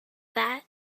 that